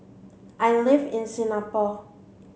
I live in Singapore